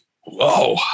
Whoa